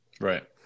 right